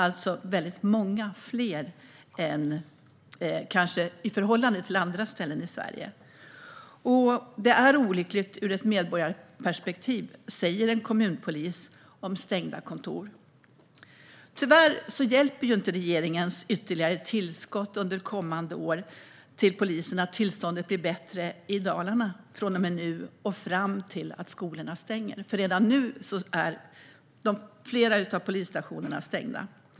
Det är väldigt många fler än vad som är fallet i åtskilliga andra delar av Sverige. Det är olyckligt ur ett medborgarperspektiv med stängda kontor, säger en kommunpolis. Tyvärr hjälper inte regeringens ytterligare tillskott till polisen under kommande år att förbättra tillståndet i Dalarna från och med nu och fram till att skolorna stänger. Redan nu är flera av polisstationerna stängda.